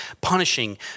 punishing